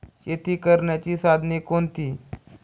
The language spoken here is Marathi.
शेती करण्याची साधने कोणती?